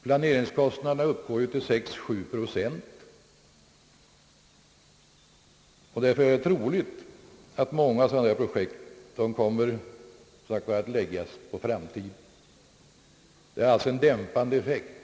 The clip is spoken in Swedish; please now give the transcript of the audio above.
Planeringskostnaderna uppgår ju till 6 å 7 procent, och därför tror jag som sagt att många sådana projekt kommer att skjutas på framtiden. Avgiften har alltså en dämpande effekt.